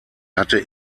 hatte